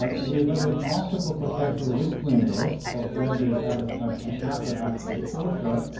but we evaluate multiple potential risk windows of when this adverse event might happen after the exposure.